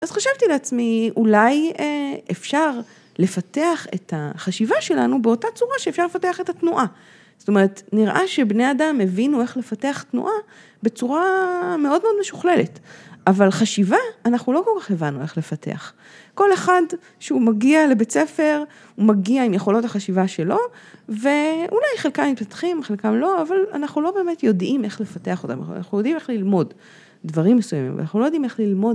אז חשבתי לעצמי, אולי אפשר לפתח את החשיבה שלנו באותה צורה שאפשר לפתח את התנועה. זאת אומרת, נראה שבני אדם הבינו איך לפתח תנועה בצורה מאוד מאוד משוכללת, אבל חשיבה, אנחנו לא כל כך הבנו איך לפתח. כל אחד שהוא מגיע לבית ספר, הוא מגיע עם יכולות החשיבה שלו, ואולי חלקם מתפתחים, חלקם לא, אבל אנחנו לא באמת יודעים איך לפתח אותן. אנחנו יודעים איך ללמוד דברים מסוימים, אבל אנחנו לא יודעים איך ללמוד.